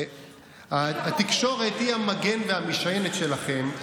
התקשורת היא המגן והמשענת שלכם,